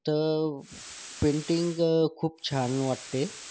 तर पेन्टिंग खूप छान वाटते